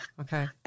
okay